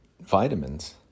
vitamins